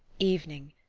evening.